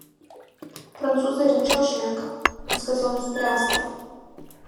prancūzai rimčiau šneka viskas jau nuspręsta